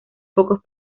pocos